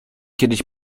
kiedyś